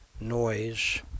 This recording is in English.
noise